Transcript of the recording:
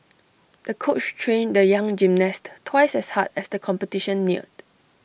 the coach trained the young gymnast twice as hard as the competition neared